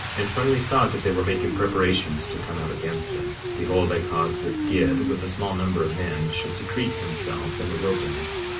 and when we saw that they were making preparations to come out against us, behold, i caused that gid, with a small number of men, should secrete himself in the wilderness,